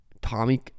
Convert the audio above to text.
Tommy